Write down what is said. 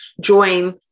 join